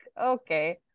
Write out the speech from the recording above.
okay